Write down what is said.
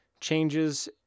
changes